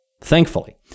thankfully